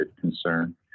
concern